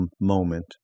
moment